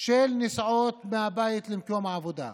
של נסיעות מהבית למקום העבודה.